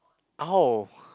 oh